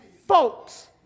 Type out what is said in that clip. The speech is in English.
folks